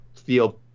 feel